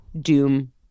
doom